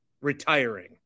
retiring